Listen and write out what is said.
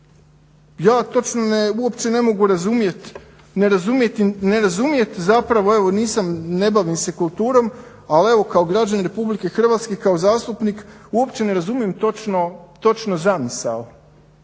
Ja točno uopće ne mogu razumjet, ne razumjet, evo nisam ne bavim se kulturom ali evo kao građanin RH i kao zastupnik uopće ne razumijem točno zamisao,